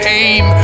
aim